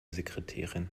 sekretärin